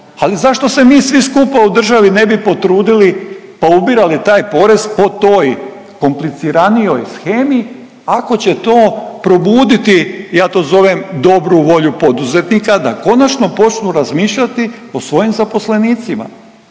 ali zašto se mi svi skupa u državi ne bi potrudili pa ubirali taj porez po toj kompliciranoj shemi ako će to probuditi, ja to zovem dobru volju poduzetnika da konačno počnu razmišljati o svojim zaposlenicima.